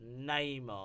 Neymar